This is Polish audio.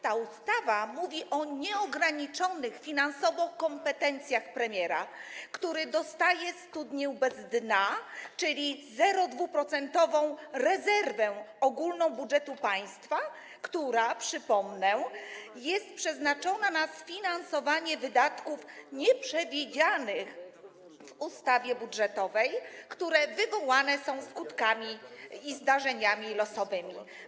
Ta ustawa mówi o nieograniczonych finansowo kompetencjach premiera, który dostaje studnię bez dna, czyli 0,2% rezerwy ogólnej budżetu państwa, która - przypomnę - jest przeznaczona na sfinansowanie wydatków nieprzewidzianych w ustawie budżetowej, które wywołane są skutkami, zdarzeniami losowymi.